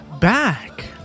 back